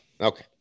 Okay